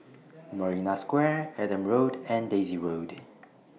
Marina Square Adam Road and Daisy Road